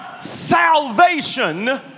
salvation